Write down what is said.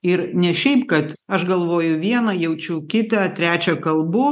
ir ne šiaip kad aš galvoju vieną jaučiu kitą trečią kalbu